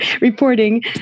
reporting